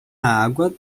água